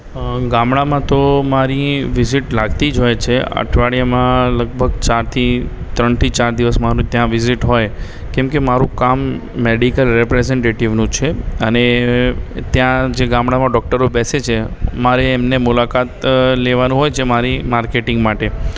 ગામડામાં તો મારીએ વિઝિટ લાગતી જ હોય છે અઠવાડિયામાં લગભગ ચારથી ત્રણથી ચાર દિવસમાં મારી ત્યાં વિઝિટ હોય કેમ કે મારું કામ મૅડિકલ રીપ્રેઝન્ટેટિવનું છે અને ત્યાં જે ગામડામાં ડૉકટરો બેસે છે મારે એમને મુલાકાત લેવાનું હોય છે મારી માર્કેટિંગ માટે